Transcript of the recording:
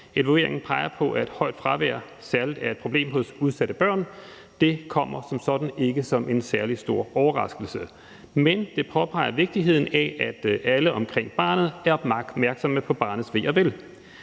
evalueringen peger på, at højt fravær særlig er et problem hos udsatte børn. Det kommer som sådan ikke som en særlig stor overraskelse, men det påpeger vigtigheden af, at alle omkring barnet er meget opmærksomme på barnets ve og vel.